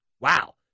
Wow